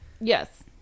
yes